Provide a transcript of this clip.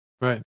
Right